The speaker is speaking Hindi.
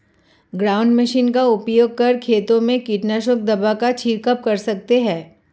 ग्राउंड मशीन का उपयोग कर खेतों में कीटनाशक दवा का झिड़काव कर सकते है